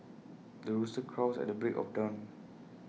the rooster crows at the break of dawn